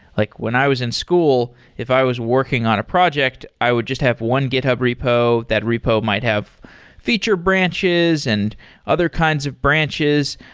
like when i was in school, if i was working on a project, i would just have one github repo. that repo might have feature branches and other kinds of branches.